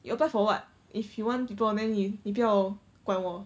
you apply for what if you want to 拖 then 你你不要管我